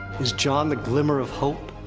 is jon the glimmer of hope?